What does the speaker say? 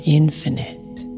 infinite